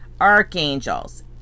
archangels